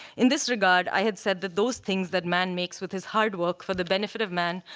in this regard, i had said that those things that man makes with his hard work for the benefit of man,